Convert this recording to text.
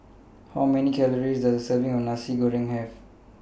How Many Calories Does A Serving of Nasi Goreng Ayam Kunyit Have